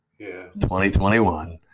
2021